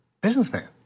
businessman